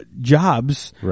jobs